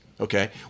okay